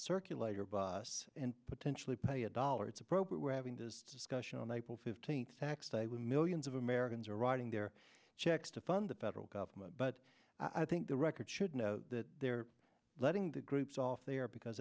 circulator bus and potentially pay a dollar it's appropriate we're having this discussion on april fifteenth tax day when millions of americans are writing their checks to fund the federal government but i think the record should know that they're letting the groups off there because